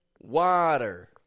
water